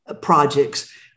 projects